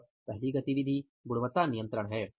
और पहली गतिविधि गुणवत्ता नियंत्रण है